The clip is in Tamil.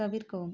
தவிர்க்கவும்